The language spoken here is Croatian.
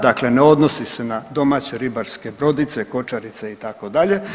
Dakle, ne odnosi se na domaće ribarske brodice, kočarice itd.